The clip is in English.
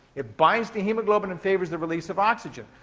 it binds to hemoglobin and favors the release of oxygen.